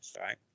right